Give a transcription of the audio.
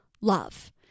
love